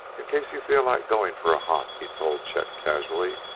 in case you feel like going for a hop, he told chet casually,